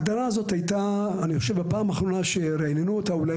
אני חושב שהפעם האחרונה שרעננו אותה הייתה